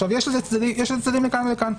עכשיו, יש לזה צדדים לכאן ולכאן.